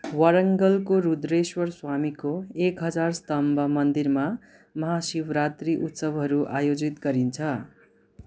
वारङ्गलको रुद्रेश्वर स्वामीको एक हजार स्तम्भ मन्दिरमा महाशिवरात्री उत्सवहरू आयोजित गरिन्छ